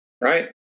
right